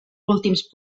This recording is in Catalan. últims